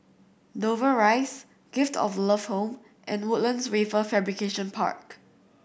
Dover Rise Gift of Love Home and Woodlands Wafer Fabrication Park